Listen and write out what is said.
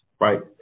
right